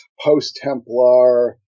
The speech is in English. post-Templar